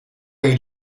nei